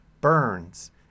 burns